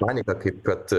panika kaip kad